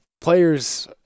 players